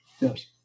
Yes